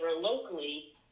locally